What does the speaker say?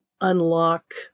unlock